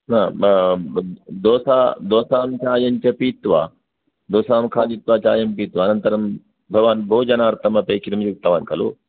दोसां चायं च पीत्वा दोसां खादित्वा चायं पीत्वा अनन्तरं भवान् भोजनार्थम् अपेक्षितम् इति उक्तवान् खलु